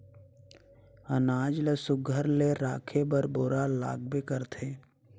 अनाज ल सुग्घर ले राखे बर बोरा लागबे करथे